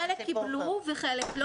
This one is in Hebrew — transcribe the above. חלק קיבלו וחלק לא.